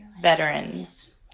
veterans